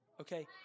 Okay